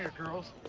girls?